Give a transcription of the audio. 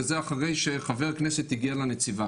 וזה אחרי שחבר כנסת הגיע לנציבה,